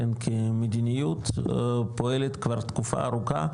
כמדיניות פועלת כבר תקופה ארוכה,